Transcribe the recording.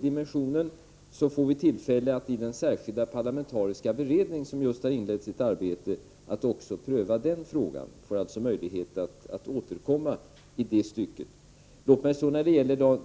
dimensionen får vi tillfälle att i den särskilda parlamentariska beredning som just har inlett sitt arbete pröva även den frågan. Vi får alltså möjlighet att återkomma i detta stycke.